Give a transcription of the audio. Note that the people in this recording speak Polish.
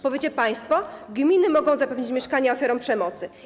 Powiecie państwo: gminy mogą zapewnić mieszkania ofiarom przemocy.